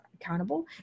accountable